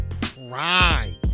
prime